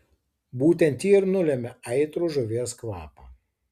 būtent ji ir nulemia aitrų žuvies kvapą